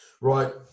Right